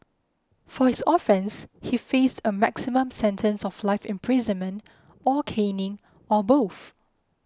for his offence he faced a maximum sentence of life imprisonment or caning or both